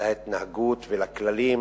להתנהגות ולכללים